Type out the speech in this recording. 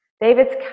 David's